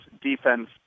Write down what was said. defense